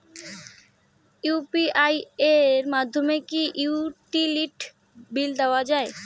UPI এর মাধ্যমে কি ইউটিলিটি বিল দেওয়া যায়?